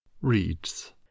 Reads